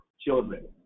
children